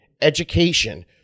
education